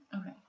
okay